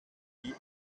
die